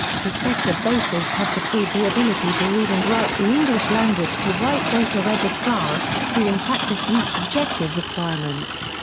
prospective voters had to prove the ability to read and write the english language to white voter registrars, who in practice used subjective requirements.